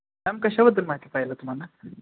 ma'am कशाबद्दल माहिती पाहिजेल आहे तुम्हाला